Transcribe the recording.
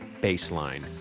baseline